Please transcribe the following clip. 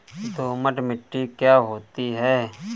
दोमट मिट्टी क्या होती हैं?